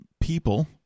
people